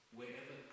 wherever